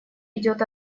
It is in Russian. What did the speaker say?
идет